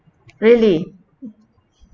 really